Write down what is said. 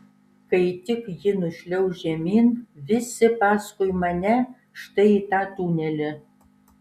kai tik ji nušliauš žemyn visi paskui mane štai į tą tunelį